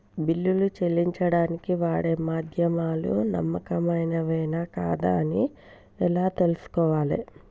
బిల్లులు చెల్లించడానికి వాడే మాధ్యమాలు నమ్మకమైనవేనా కాదా అని ఎలా తెలుసుకోవాలే?